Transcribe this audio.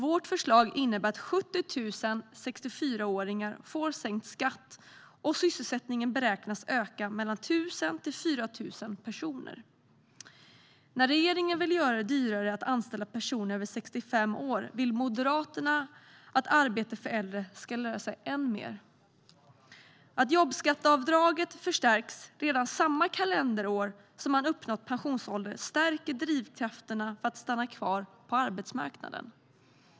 Vårt förslag innebär att 70 000 64-åringar får sänkt skatt, och sysselsättningen beräknas öka med mellan 1 000 och 4 000 personer. När regeringen vill göra det dyrare att anställa personer över 65 år vill Moderaterna att arbete för äldre ska löna sig än mer. Att jobbskatteavdraget förstärks redan samma kalenderår som man har uppnått pensionsåldern stärker drivkrafterna för att stanna kvar på arbetsmarknaden.